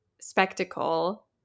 spectacle